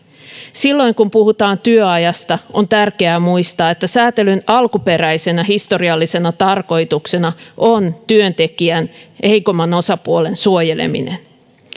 silloin kun puhutaan työajasta on tärkeää muistaa että säätelyn alkuperäisenä historiallisena tarkoituksena on työntekijän heikomman osapuolen suojeleminen